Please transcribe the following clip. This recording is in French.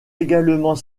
également